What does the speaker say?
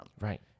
Right